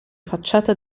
facciata